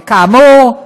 וכאמור,